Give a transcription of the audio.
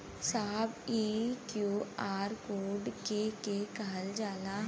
साहब इ QR code के के कहल जाला?